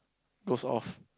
goes off